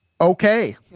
okay